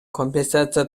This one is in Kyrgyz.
компенсация